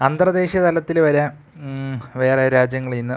അന്തർ ദേശീയ തലത്തിൽ വരെ വേറെ രാജ്യങ്ങളിൽ നിന്ന്